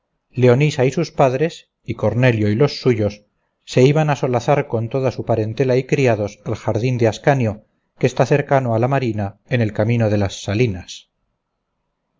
leonisa y sus padres y cornelio y los suyos se iban a solazar con toda su parentela y criados al jardín de ascanio que está cercano a la marina en el camino de las salinas